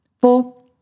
four